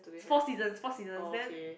it's four seasons four seasons then